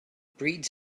breeds